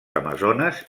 amazones